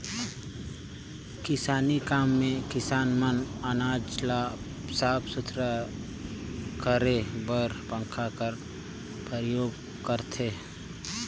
किसानी काम मे किसान मन अनाज ल साफ सुथरा करे बर पंखा कर परियोग करथे